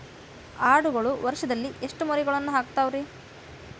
ಆಡುಗಳು ವರುಷದಲ್ಲಿ ಎಷ್ಟು ಮರಿಗಳನ್ನು ಹಾಕ್ತಾವ ರೇ?